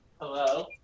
Hello